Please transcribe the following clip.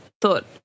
thought